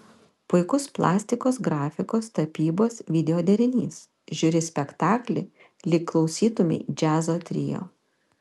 puikus plastikos grafikos tapybos video derinys žiūri spektaklį lyg klausytumei džiazo trio